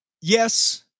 yes